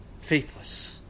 faithless